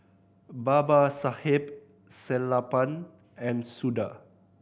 Babasaheb Sellapan and Suda